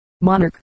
monarch